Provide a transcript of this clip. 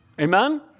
Amen